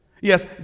Yes